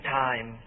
time